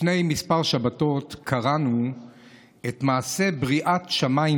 לפני כמה שבתות קראנו את מעשה בריאת שמיים